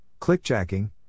clickjacking